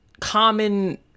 common